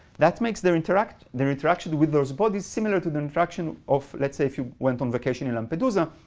that makes their interaction their interaction with those bodies similar to the infraction of, let's say, if you went on vacation in lampedusa,